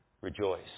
rejoice